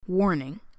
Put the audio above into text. Warning